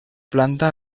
planta